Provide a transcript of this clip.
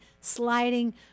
sliding